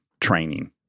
training